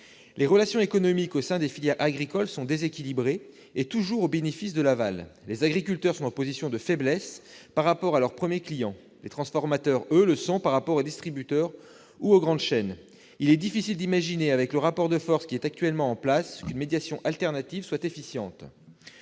Les relations économiques au sein des filières agricoles sont déséquilibrées, toujours au bénéfice de l'aval. Les agriculteurs sont en position de faiblesse par rapport à leur premier client. Les transformateurs, eux, le sont par rapport aux distributeurs ou aux grandes chaînes. Compte tenu du rapport de force actuel, il est difficile d'imaginer qu'une autre médiation soit efficiente.